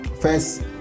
First